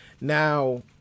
Now